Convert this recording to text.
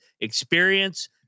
experience